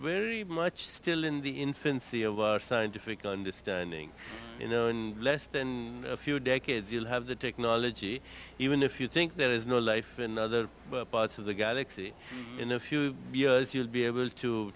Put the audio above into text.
very much still in the infancy of scientific understanding you know in less than a few decades you'll have the technology even if you think there is no life in the other parts of the galaxy in a few years you'll be able to